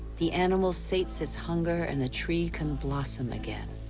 the animal sates its hunger and the tree can blossom again.